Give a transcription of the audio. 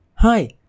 Hi